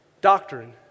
doctrine